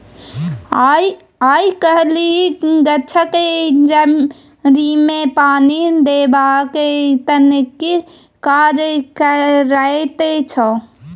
आय काल्हि गाछक जड़िमे पानि देबाक तकनीक काज करैत छै